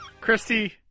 christy